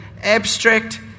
abstract